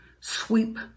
sweep